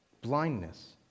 blindness